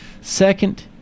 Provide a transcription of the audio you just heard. Second